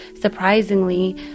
surprisingly